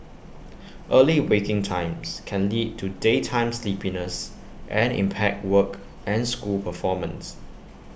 early waking times can lead to daytime sleepiness and impaired work and school performance